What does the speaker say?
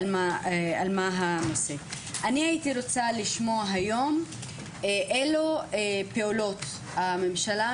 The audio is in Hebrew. הייתי רוצה לשמוע היום אלו פעולות הממשלה,